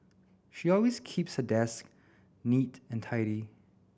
she always keeps her desk neat and tidy